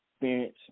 experience